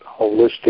holistic